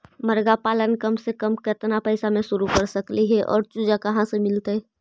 मरगा पालन कम से कम केतना पैसा में शुरू कर सकली हे और चुजा कहा से मिलतै?